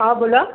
हां बोला